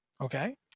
okay